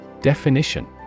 Definition